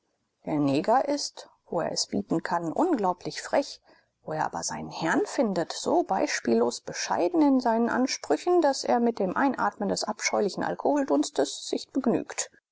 der neger ist wo er es bieten kann unglaublich frech wo er aber seinen herrn findet so beispiellos bescheiden in seinen ansprüchen daß er mit dem einatmen des abscheulischen alkoholdunstes sich begnügt